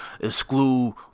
exclude